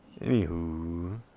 anywho